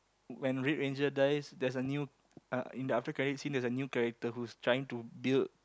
when red ranger dies there's a new uh in the after credits scene there's a new character who's trying to build